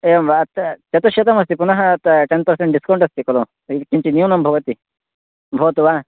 एवं वा त् चतुश्शतमस्ति पुनः तत् टेन् पर्सेण्ट् डिस्कौण्ट् अस्ति खलु सैज् किञ्चित् न्यूनं भवति भवतु वा